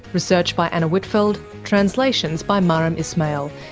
research by anna whitfeld, translations by maram ismail,